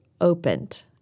opened